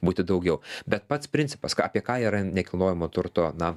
būti daugiau bet pats principas ką apie ką yra nekilnojamo turto na